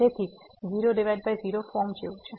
તેથી તે 00 ફોર્મ જેવું છે